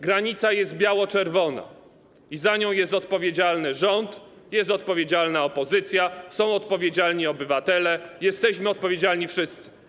Granica jest biało-czerwona i za nią jest odpowiedzialny rząd, jest odpowiedzialna opozycja, są odpowiedzialni obywatele, jesteśmy odpowiedzialni wszyscy.